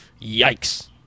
yikes